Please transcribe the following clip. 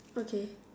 okay